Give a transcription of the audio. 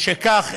משכך,